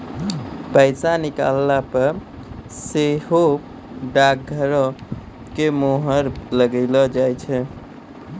पैसा निकालला पे सेहो डाकघरो के मुहर लगैलो जाय छै